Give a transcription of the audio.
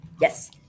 Yes